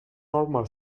normal